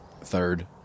Third